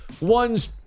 one's